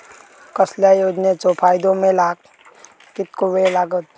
कसल्याय योजनेचो फायदो मेळाक कितको वेळ लागत?